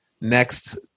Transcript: next